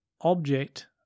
object